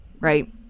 right